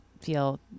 feel